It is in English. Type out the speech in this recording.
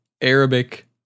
Arabic